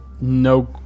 no